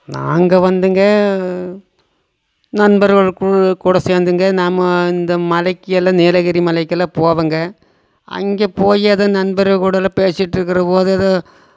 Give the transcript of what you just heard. நாங்கள் வந்துங்க நண்பர்கள் கூ கூட சேர்ந்துங்க நாம இந்த மலைக்கெல்லாம் நீலகிரி மலைக்கெல்லாம் போவங்க அங்கே போய் அதை நண்பர்கள் கூடலாம் பேசிகிட்ருக்கிறபோது அதை